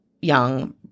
young